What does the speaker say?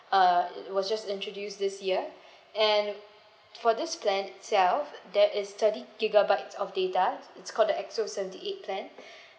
uh it was just introduced this year and for this plan itself there is thirty gigabytes of data it's called the X_O seventy eight plan